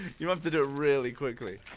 you'll have to do it really quickly